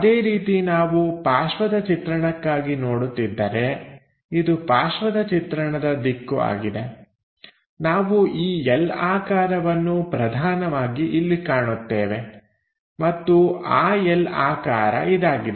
ಅದೇ ರೀತಿ ನಾವು ಪಾರ್ಶ್ವದ ಚಿತ್ರಣಕ್ಕಾಗಿ ನೋಡುತ್ತಿದ್ದರೆ ಇದು ಪಾರ್ಶ್ವದ ಚಿತ್ರಣದ ದಿಕ್ಕು ಆಗಿದೆ ನಾವು ಈ L ಆಕಾರವನ್ನು ಪ್ರಧಾನವಾಗಿ ಇಲ್ಲಿ ಕಾಣುತ್ತೇವೆ ಮತ್ತು ಆ L ಆಕಾರ ಇದಾಗಿದೆ